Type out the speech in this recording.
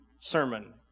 sermon